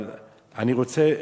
אבל אני רוצה,